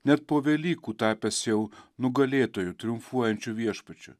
net po velykų tapęs jau nugalėtoju triumfuojančiu viešpačiu